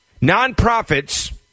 nonprofits